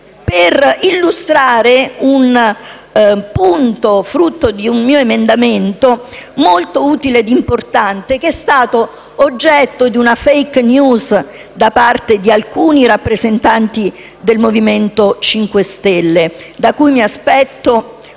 per illustrare un punto che si ricollega ad un mio emendamento molto utile e importante, che è stato oggetto di una *fake news* da parte di alcuni rappresentanti del Movimento 5 Stelle, dai quali mi aspetto una richiesta